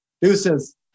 Deuces